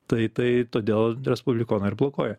tai tai todėl respublikonai ir blokuoja